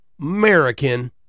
American